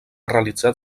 realitzat